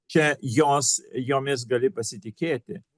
čia jos jomis gali pasitikėti